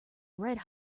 red